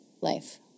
life